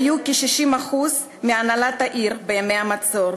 היו כ-60% מהנהלת העיר בימי המצור,